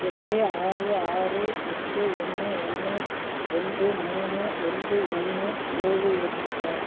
எட்டு ஆறு ஆறு எட்டு ஒன்று ஒன்று ரெண்டு மூணு ரெண்டு ஒன்று ஏழு எட்டு சார்